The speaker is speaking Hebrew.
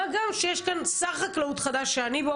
מה גם שיש כאן שר חקלאות חדש שאני מכירה